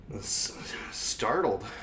Startled